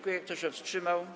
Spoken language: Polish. Kto się wstrzymał?